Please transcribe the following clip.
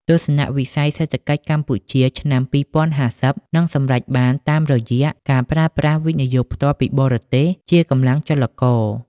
ទស្សនវិស័យសេដ្ឋកិច្ចកម្ពុជាឆ្នាំ ២០៥០ នឹងសម្រេចបានតាមរយៈការប្រើប្រាស់ វិនិយោគផ្ទាល់ពីបរទេស ជាកម្លាំងចលករ។